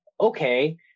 okay